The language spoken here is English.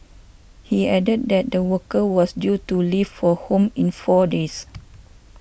he added that the worker was due to leave for home in four days